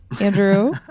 Andrew